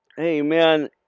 Amen